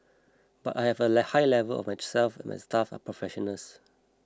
but I have a high level of trust that my staff are professionals